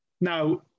Now